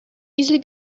easily